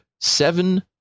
seven